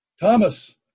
Thomas